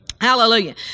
Hallelujah